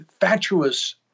fatuous